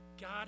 God